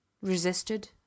resisted